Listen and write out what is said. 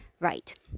Right